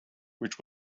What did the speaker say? which